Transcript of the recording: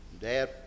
dad